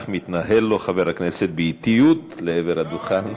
וכך מתנהל לו חבר הכנסת באטיות לעבר הדוכן.